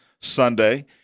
Sunday